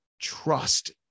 Trust